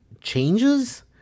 changes